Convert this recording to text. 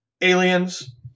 Aliens